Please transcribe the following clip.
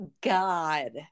God